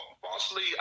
falsely